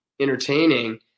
entertaining